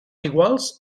iguals